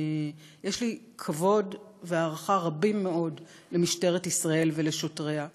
יש לי כבוד והערכה רבים מאוד למשטרת ישראל ולשוטריה.